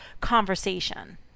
conversation